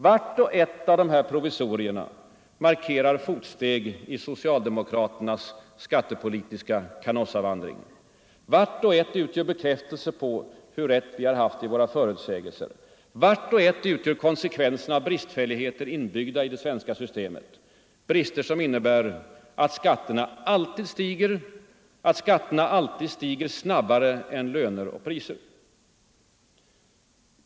Vart och ett av dessa provisorier markerar fotsteg i socialdemokraternas skattepolitiska Canossavandring. Vart och ett utgör bekräftelse på hur rätt vi haft i våra förutsägelser. Vart och ett utgör en konsekvens av bristfälligheter inbyggda i det svenska skattesystemet, brister som innebär att skatterna alltid stiger och alltid stiger snabbare än löner och priser.